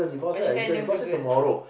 but she fell in love with the girl